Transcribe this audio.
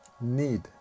need